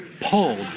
pulled